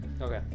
Okay